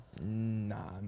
nah